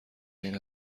این